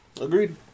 Agreed